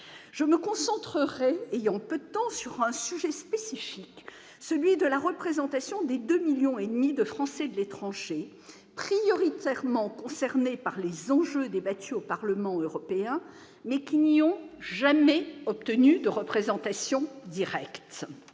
Je me concentrerai, ayant peu de temps, sur un sujet spécifique : celui de la représentation des 2,5 millions de Français de l'étranger, prioritairement concernés par les enjeux débattus au Parlement européen, mais qui n'y ont jamais obtenu de représentation directe.